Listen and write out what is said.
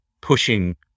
pushing